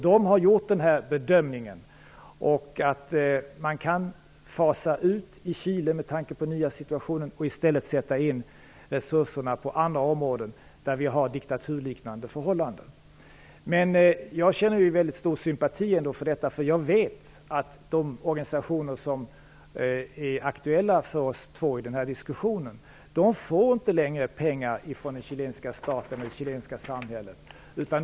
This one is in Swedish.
De har gjort den här bedömningen att man kan fasa ut i Chile, med tanke på den nya situationen, och i stället sätta in resurserna på andra områden där vi har diktaturliknande förhållanden. Men jag känner stor sympati för detta. Jag vet att de organisationer som är aktuella för oss två i den här diskussionen inte längre får pengar från den chilenska staten och det chilenska samhället.